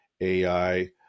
AI